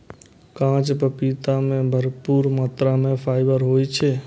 कांच पपीता मे भरपूर मात्रा मे फाइबर होइ छै